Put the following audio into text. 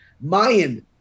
Mayan